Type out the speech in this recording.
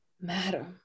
Madam